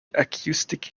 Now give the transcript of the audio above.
acoustic